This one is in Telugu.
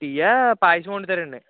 టీ పాయసం వండుతారు అండి